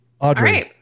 Audrey